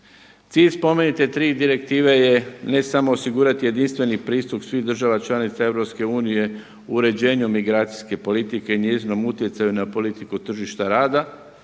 Cilj spomenute tri direktive je ne samo osigurati jedinstveni pristup svih država članica EU u uređenju emigracijske politike i njezinom utjecaju na politiku tržišta rada,